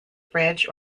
bridge